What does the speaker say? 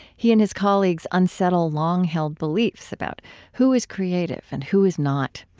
he and his colleagues unsettle long-held beliefs about who is creative and who is not.